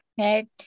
Okay